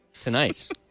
tonight